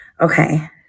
okay